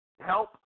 Help